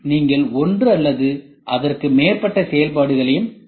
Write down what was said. நீங்கள் ஒன்று அல்லது அதற்கு மேற்பட்ட செயல்பாடுகளையும் தேர்வு செய்யலாம்